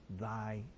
thy